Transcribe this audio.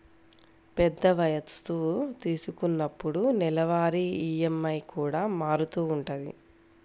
పెద్ద వస్తువు తీసుకున్నప్పుడు నెలవారీ ఈఎంఐ కూడా మారుతూ ఉంటది